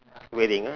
wedding ah